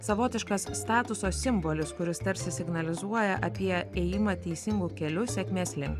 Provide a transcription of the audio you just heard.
savotiškas statuso simbolis kuris tarsi signalizuoja apie ėjimą teisingu keliu sėkmės link